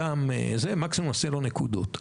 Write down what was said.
מקסימום ניתן לו נקודות.